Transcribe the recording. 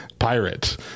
Pirate